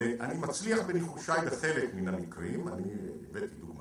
‫אני מצליח בניחושי בחלק ‫מן המקרים, אני הבאתי דוגמא